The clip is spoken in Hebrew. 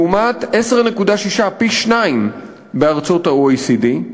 לעומת 10.6, פי-שניים, בארצות ה-OECD.